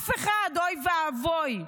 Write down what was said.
אף אחד, אוי ואבוי,